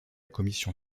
commission